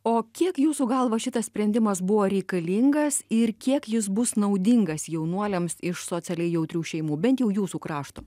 o kiek jūsų galva šitas sprendimas buvo reikalingas ir kiek jis bus naudingas jaunuoliams iš socialiai jautrių šeimų bent jau jūsų krašto